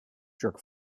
jerk